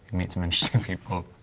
meet some interesting people.